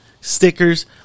stickers